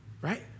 Right